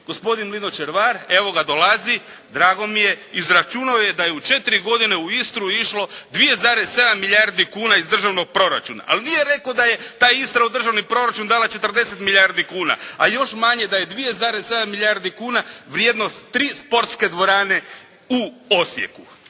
Gospodin Lino Červar, evo ga dolazi drago mi je, izračunao je da je četiri godine u Istru išlo 2,7 milijardi kuna iz državnog proračuna ali nije rekao da je ta Istra u državni proračun dala 40 milijardi kuna a još manje da je 2,7 milijardi kuna vrijednost tri sportske dvorane u Osijeku.